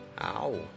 Ow